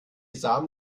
samen